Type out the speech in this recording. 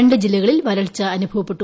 രണ്ട് ജില്ലകളിൽ വരൾച്ചയനുഭവപ്പെട്ടു